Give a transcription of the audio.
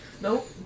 Nope